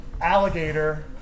Alligator